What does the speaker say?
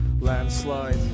landslide